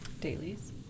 Dailies